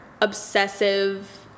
obsessive